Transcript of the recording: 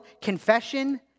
confession